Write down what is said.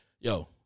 yo